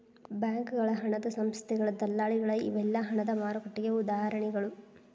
ಬ್ಯಾಂಕಗಳ ಹಣದ ಸಂಸ್ಥೆಗಳ ದಲ್ಲಾಳಿಗಳ ಇವೆಲ್ಲಾ ಹಣದ ಮಾರುಕಟ್ಟೆಗೆ ಉದಾಹರಣಿಗಳ